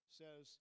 says